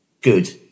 good